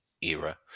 era